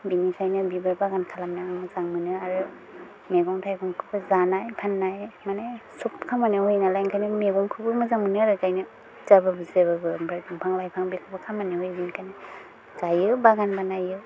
बिनिखायनो बिबार बागान खालामनो आं मोजां मोनो आरो मेगं थाइगंखौबो जानाय फान्नाय माने सोब खामानियाव होयो नालाय ओंखायनो मेगंखौबो मोजां मोनो आरो गायनो जाबाबो जायाबाबो आमफाय दंफां लाइफां बेखौबो खामानियाव होयो बिनिखायनो गायो बागान बानायो